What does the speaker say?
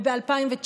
וב-2019,